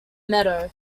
meadow